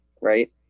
right